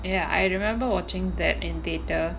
ya I remember watching that in theatre